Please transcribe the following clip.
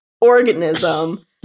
organism